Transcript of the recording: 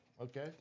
Okay